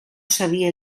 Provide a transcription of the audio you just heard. sabia